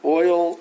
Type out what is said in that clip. oil